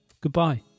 Goodbye